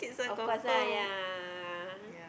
of course lah ya